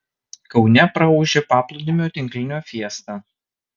kaune praūžė paplūdimio tinklinio fiesta